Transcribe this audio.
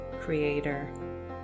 creator